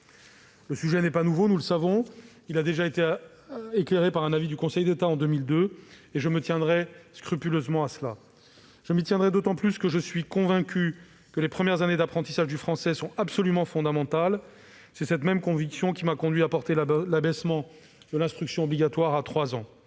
Le sujet n'est pas nouveau, nous le savons : il a déjà été éclairé par un avis du Conseil d'État en 2002. Je m'y tiendrai scrupuleusement, et je m'y tiendrai d'autant plus que je suis convaincu que les premières années d'apprentissage du français sont absolument fondamentales : c'est cette même conviction qui m'a conduit à défendre l'abaissement de l'instruction obligatoire à trois ans.